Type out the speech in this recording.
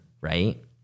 right